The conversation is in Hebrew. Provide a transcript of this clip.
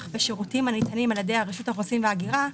ושירותים הניתנים על ידי רשות האוכלוסין וההגירה.